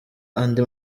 andi